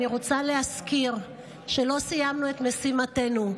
אני רוצה להזכיר שלא סיימנו את משימתנו,